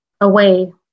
away